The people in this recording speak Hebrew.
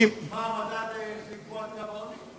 עוד פעם, ברצינות, מה המדד לקבוע את קו העוני?